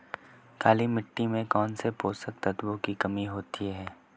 काली मिट्टी में कौनसे पोषक तत्वों की कमी होती है?